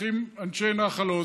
צריכים אנשי נחל עוז,